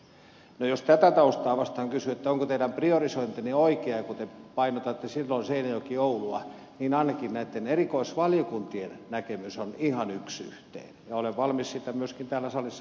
no jos tätä taustaa vastaan kysyy onko teidän priorisointinne oikea kun te painotatte seinäjokioulua niin ainakin näitten erikoisvaliokuntien näkemys on ihan yksi yhteen ja olen valmis sitä myöskin täällä salissa tukemaan